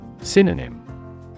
Synonym